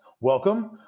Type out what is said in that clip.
welcome